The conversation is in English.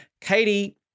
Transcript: Katie